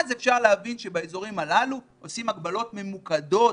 אז אפשר להבין שבאזורים הללו עושים הגבלות ממוקדות.